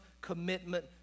commitment